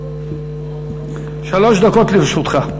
שלוש דקות לרשותך.